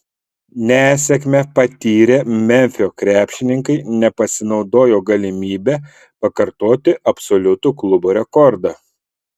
nesėkmę patyrę memfio krepšininkai nepasinaudojo galimybe pakartoti absoliutų klubo rekordą